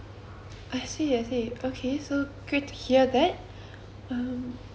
I see I see okay so great to hear that uh